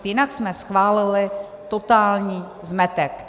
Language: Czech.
Jinak jsme schválili totální zmetek.